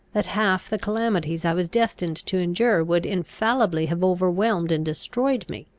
that half the calamities i was destined to endure would infallibly have overwhelmed and destroyed me.